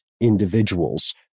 individuals